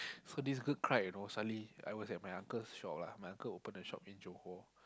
so this girl cried you know suddenly I was at my uncle's shop lah my uncle open a shop in Johor